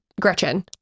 Gretchen